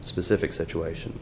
specific situation